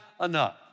enough